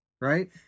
Right